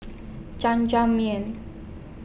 Jajangmyeon